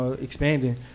expanding